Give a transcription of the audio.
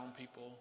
people